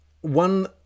one